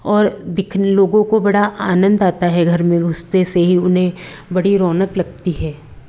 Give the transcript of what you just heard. और दिखन लोगों को बड़ा आनंद आता है घर में घुसते से ही उन्हें बड़ी रौनक लगती है